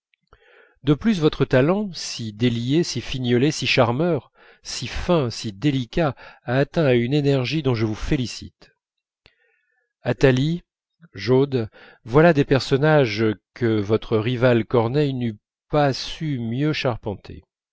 de plus votre talent si délié si fignolé si charmeur si fin si délicat a atteint à une énergie dont je vous félicite athalie joad voilà des personnages que votre rival corneille n'eût pas su mieux charpenter